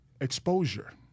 exposure